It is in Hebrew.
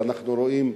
אנחנו רואים,